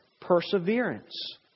perseverance